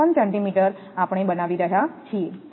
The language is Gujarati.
8354 સેન્ટિમીટર આપણે બનાવી રહ્યા છીએ છે